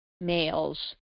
males